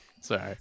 Sorry